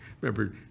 remember